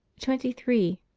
twenty three.